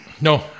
no